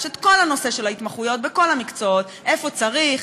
את כל נושא ההתמחויות בכל המקצועות: איפה צריך,